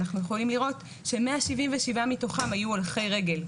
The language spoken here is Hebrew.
אנחנו יכולים לראות ש-177 מתוכם היו הולכי רגל,